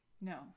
No